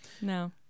No